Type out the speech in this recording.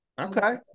Okay